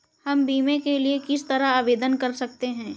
हम बीमे के लिए किस तरह आवेदन कर सकते हैं?